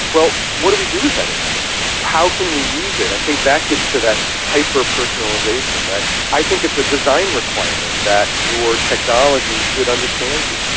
well, what do we do with that intelligence? how can we use it? i think that gets to that hyper-personalisation, that i think it's a design requirement that your technology should understand you.